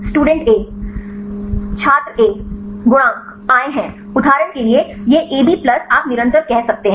Student A छात्र A गुणांक आए हैं उदाहरण के लिए यह ab प्लस आप निरंतर कह सकते हैं